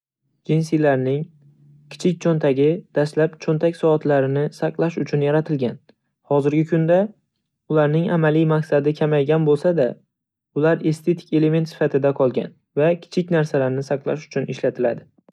Jinsilarning kichik cho'ntagi dastlab cho'ntak soatlarini saqlash uchun yaratilgan. Hozirgi kunda ularning amaliy maqsadi kamaygan bo'lsa-da, ular estetik element sifatida qolgan va kichik narsalarni saqlash uchun ishlatiladi.